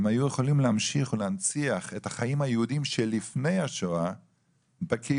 הם היו יכולים להמשיך ולהנציח את החיים היהודיים שלפני השואה בקהילות